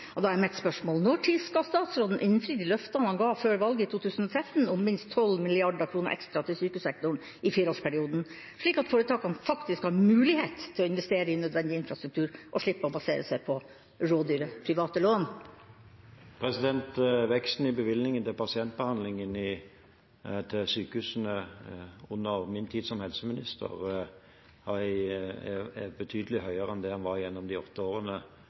og da er mitt spørsmål: Når skal statsråden innfri de løftene han ga før valget i 2013, om minst 12 mrd. kr ekstra til sykehussektoren i fireårsperioden, slik at foretakene faktisk har mulighet til å investere i nødvendig infrastruktur og slippe å basere seg på rådyre private lån? Veksten i bevilgningen til pasientbehandling i sykehusene under min tid som helseminister er betydelig høyere enn det den var gjennom de åtte årene